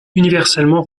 universellement